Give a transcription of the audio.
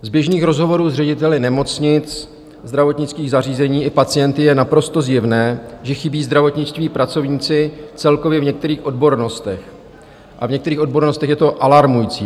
Z běžných rozhovorů s řediteli nemocnic, zdravotnických zařízení i pacienty je naprosto zjevné, že chybí zdravotničtí pracovníci celkově v některých odbornostech a v některých odbornostech je to až alarmující.